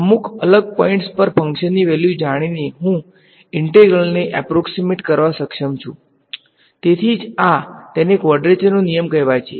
અમુક અલગ પોઈંટ્સ પર ફંક્શનની વેલ્યુ જાણીને હું ઇન્ટિગ્રલનો એપ્રોક્ષીમેટ કરવા સક્ષમ છું તેથી જ આ તેને કવાડ્રેચરનો નિયમ કહેવાય છે